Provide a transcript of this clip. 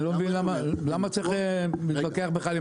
אני לא מבין למה צריך להתווכח בכלל עם